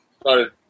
started